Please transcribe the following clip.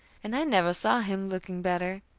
and i never saw him looking better.